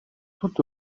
tout